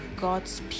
god's